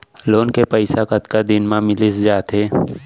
Loan के पइसा कतका दिन मा मिलिस जाथे?